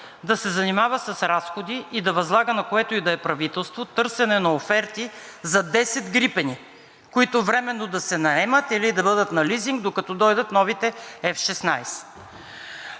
да се занимава с разходи и да възлага на което и да е правителство търсене на оферти за 10 грипена, които временно да се наемат или да бъдат на лизинг, докато дойдат новите F-16.